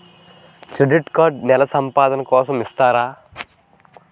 Credit card నెల సంపాదన కోసం ఇస్తారా?